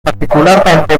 particularmente